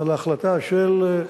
על ההחלטה של,